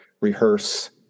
rehearse